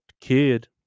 kid